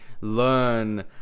learn